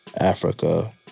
Africa